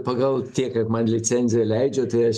pagal tiek kiek man licenzija leidžia tai aš